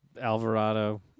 Alvarado